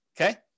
okay